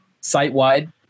site-wide